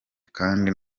kandi